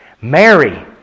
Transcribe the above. Mary